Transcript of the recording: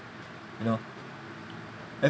you know